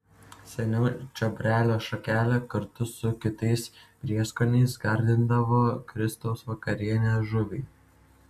seniau čiobrelio šakele kartu su kitais prieskoniais gardindavo kristaus vakarienės žuvį